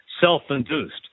self-induced